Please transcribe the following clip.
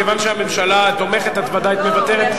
כיוון שהממשלה תומכת את ודאי מוותרת.